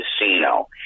casino